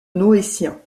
noétiens